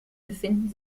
befinden